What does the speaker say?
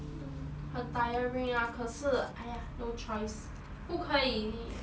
mm 很 tiring ah 可是 !aiya! no choice 不可以